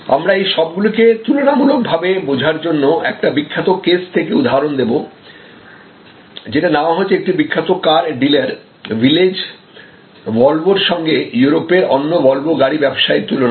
আমরা এইসব গুলিকে তুলনা মূলক ভাবে বোঝার জন্য একটা বিখ্যাত কেস থেকে উদাহরণ দেব যেটা নেওয়া হয়েছে একটি বিখ্যাত কার ডিলার ভিলেজ ভলভোর সঙ্গে ইউরোপের অন্য ভলভো গাড়ি ব্যবসায়ীদের তুলনার থেকে